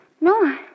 No